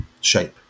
shape